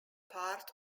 part